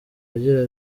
agira